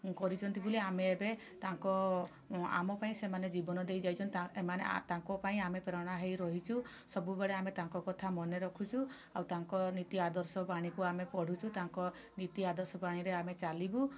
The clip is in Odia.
କରିଛନ୍ତି ବୋଲି ଆମେ ଏବେ ତାଙ୍କ ଆମ ପାଇଁ ସେମାନେ ଜୀବନ ଦେଇଯାଇଛନ୍ତି ତା ଏମାନେ ତାଙ୍କ ପାଇଁ ଆମେ ପ୍ରେରଣା ହୋଇ ରହିଛୁ ସବୁବେଳେ ଆମେ ତାଙ୍କ କଥା ମନେ ରଖୁଛୁ ଆଉ ତାଙ୍କ ନୀତି ଆଦର୍ଶ ବାଣୀ କୁ ଆମେ ପଢ଼ୁଛୁ ତାଙ୍କ ନୀତି ଆଦର୍ଶ ବାଣୀରେ ଆମେ ଚାଲିବୁ